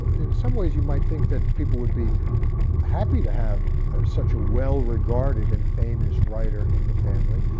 in some ways you might think that people would be happy to have such a well-regarded and famous writer in the family,